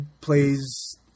plays